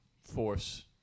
force